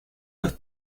los